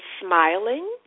smiling